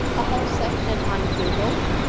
a whole section on google.